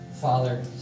Father